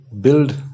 build